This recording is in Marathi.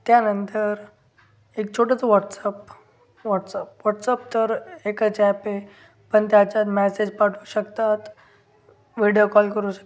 त्यानंतर एक छोटंचं व्हॉट्सअप वॉट्सअप वॉट्सअप तर एकाचे ॲप आहे पण त्याच्यात मॅसेज पाठवू शकतात व्हिडिओ कॉल करू शकतात